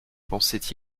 pensaient